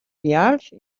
vials